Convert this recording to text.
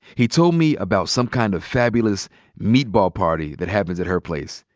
he told me about some kind of fabulous meatball party that happens at her place.